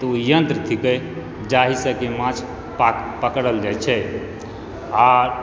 ओ यंत्र थिकै जाहिसॅं कि माँछ पकड़ल जाइ छै आर